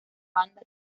banda